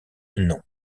non